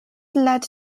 led